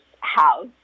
house